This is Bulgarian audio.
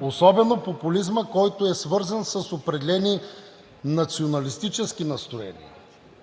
особено популизма, който е свързан с определени националистически настроения.